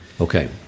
Okay